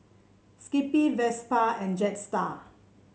Skippy Vespa and Jetstar